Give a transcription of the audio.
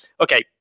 Okay